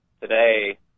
today